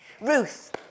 Ruth